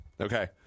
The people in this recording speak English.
Okay